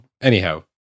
Anyhow